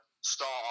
start